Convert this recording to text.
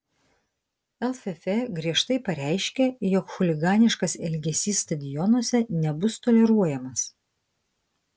lff griežtai pareiškia jog chuliganiškas elgesys stadionuose nebus toleruojamas